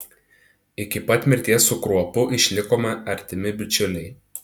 iki pat mirties su kruopu išlikome artimi bičiuliai